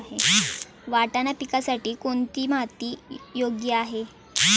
वाटाणा पिकासाठी कोणती माती योग्य आहे?